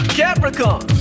Capricorn